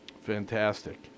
Fantastic